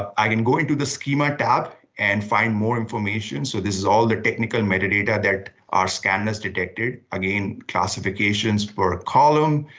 i can go into the schema tab and find more information. so this is all their technical metadata that our scan has detected. again, classifications for a column,